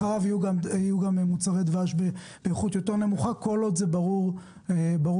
יהיו גם מוצרי דבש באיכות יותר נמוכה כל עוד זה ברור לאזרח.